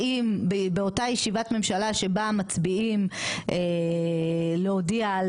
האם באותה ישיבת ממשלה שבה מצביעים להודיע על